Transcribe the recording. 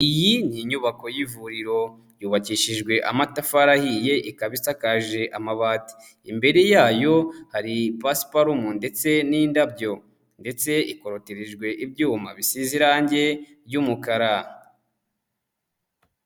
Iyi ni inyubako y'ivuriro. Yubakishijwe amatafari ahiye, ikaba isakaje amabati. Imbere yayo hari pasiparumu ndetse n'indabyo. Ndets ikorotirijwe ibyuma bisize irangi ry'umukara.